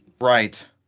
Right